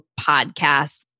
podcast